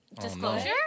Disclosure